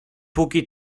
póki